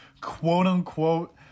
quote-unquote